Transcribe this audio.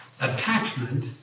attachment